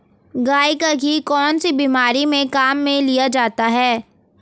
गाय का घी कौनसी बीमारी में काम में लिया जाता है?